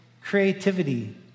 creativity